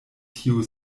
tiu